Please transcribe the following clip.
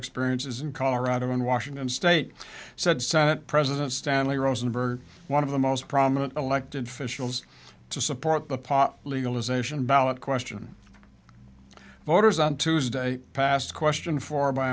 experiences in colorado and washington state said senate president stanley rosenberg one of the most prominent elected officials to support the pot legalization valid question voters on tuesday passed a question for by